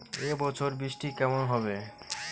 এবছর বৃষ্টি কেমন হবে?